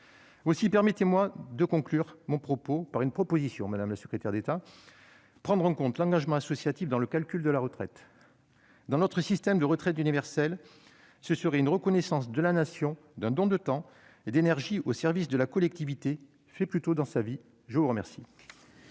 Aussi, permettez-moi de conclure mon propos par une proposition, madame la secrétaire d'État : prendre en compte l'engagement associatif dans le calcul de la retraite. Dans notre système de retraite universelle, ce serait une reconnaissance par la Nation d'un don de temps et d'énergie au service de la collectivité fait plus tôt dans sa vie. La parole